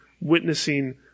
witnessing